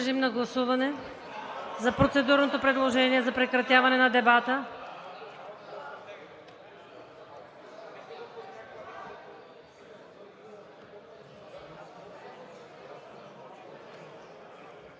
режим на гласуване на процедурното предложение за прекратяване на дебата.